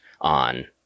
on